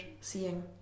seeing